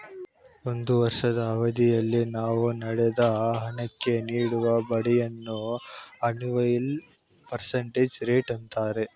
ಒಂದು ವರ್ಷದ ಅವಧಿಯಲ್ಲಿ ನಾವು ಪಡೆದ ಹಣಕ್ಕೆ ನೀಡುವ ಬಡ್ಡಿಯನ್ನು ಅನಿವಲ್ ಪರ್ಸೆಂಟೇಜ್ ರೇಟ್ ಅಂತಾರೆ